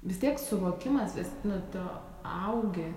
vis tiek suvokimas vis nu tu augi